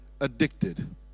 Addicted